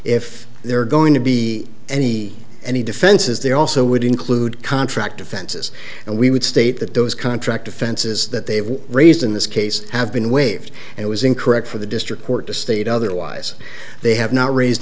if they're going to be any any defenses they also would include contract offenses and we would state that those contract offenses that they've raised in this case have been waived and it was incorrect for the district court to state other lies they have not raised